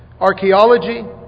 archaeology